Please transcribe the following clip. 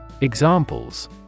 Examples